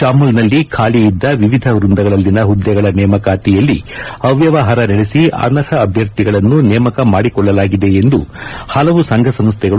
ಚಾಮುಲ್ನಲ್ಲಿ ಖಾಲಿ ಇದ್ದ ವಿವಿಧ ವ್ಯಂದಗಳಲ್ಲಿನ ಹುದ್ದೆಗಳ ನೇಮಕಾತಿಯಲ್ಲಿ ಅವ್ಯವಹಾರ ನಡೆಸಿ ಅನರ್ಹ ಅಭ್ಯರ್ಥಿಗಳನ್ನು ನೇಮಕ ಮಾಡಿಕೊಳ್ಳಲಾಗಿದೆ ಎಂದು ಹಲವು ಸಂಘ ಸಂಸ್ಥೆಗಳು